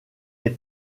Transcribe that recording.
est